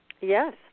Yes